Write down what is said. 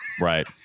right